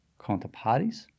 counterparties